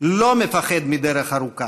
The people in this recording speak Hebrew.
לא מפחד מדרך ארוכה.